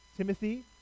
Timothy